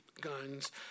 guns